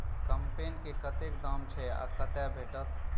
कम्पेन के कतेक दाम छै आ कतय भेटत?